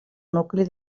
nucli